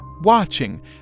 watching